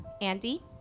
Andy